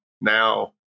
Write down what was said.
now